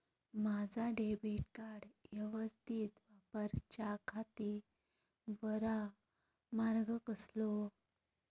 माजा debit card यवस्तीत वापराच्याखाती बरो मार्ग कसलो?